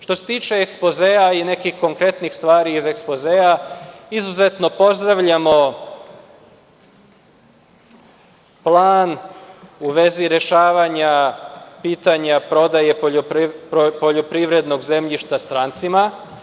Što se tiče ekspozea i nekih konkretnih stvari iz ekspozea, izuzetno pozdravljamo plan u vezi rešavanja pitanja prodaje poljoprivrednog zemljišta strancima.